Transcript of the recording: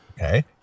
Okay